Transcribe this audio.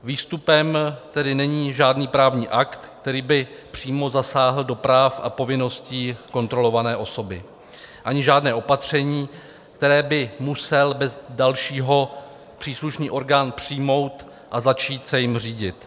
Výstupem tedy není žádný právní akt, který by přímo zasáhl do práv a povinností kontrolované osoby, ani žádné opatření, které by musel bez dalšího příslušný orgán přijmout a začít se jím řídit.